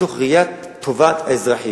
מתוך ראיית טובת האזרחים.